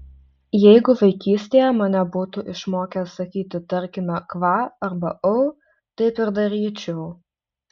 jeigu vaikystėje mane būtų išmokę sakyti tarkime kva arba au taip ir daryčiau